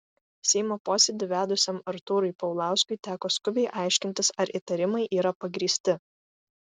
seimo posėdį vedusiam artūrui paulauskui teko skubiai aiškintis ar įtarimai yra pagrįsti